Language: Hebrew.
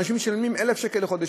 אנשים משלמים 1,000 שקל לחודש,